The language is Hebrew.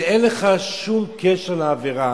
ואין לך שום קשר לעבירה,